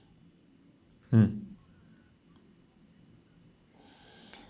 mm